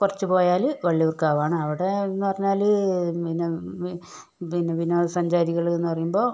കുറച്ച് പോയാല് വള്ളിയൂര് കാവാണ് അവിടെന്ന് പറഞ്ഞാല് പിന്നെ പിന്നെ വിനോദ സഞ്ചാരികള് എന്ന് പറയുമ്പോൾ